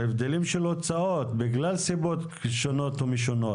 הבדלים של הוצאות, בגלל סיבות שונות ומשונות.